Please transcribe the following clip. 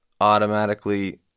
automatically